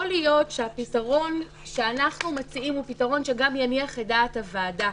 יכול להיות שהפתרון שאנחנו מציעים יניח גם את דעת הוועדה.